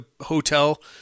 hotel